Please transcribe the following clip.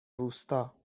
روستا